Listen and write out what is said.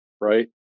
right